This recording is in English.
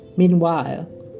Meanwhile